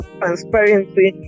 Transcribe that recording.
transparency